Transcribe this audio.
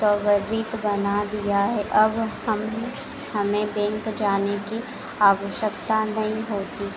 तवरित बना दिया हे अब हम हमें बेंक जाने की आवश्यकता नहीं होती